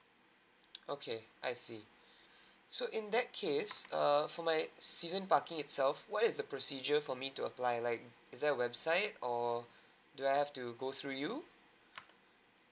okay I see so in that case err for my season parking itself what is the procedure for me to apply like it's there a website or do I have to go through you